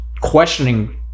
questioning